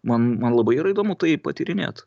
man man labai yra įdomu tai patyrinėt